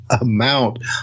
amount